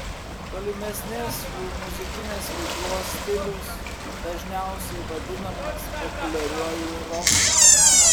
tolimesnės jų muzikinės veiklos stilius dažniausiai vadinamas populiariuoju roku